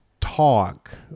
talk